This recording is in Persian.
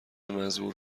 مزبور